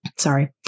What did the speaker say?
sorry